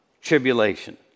tribulation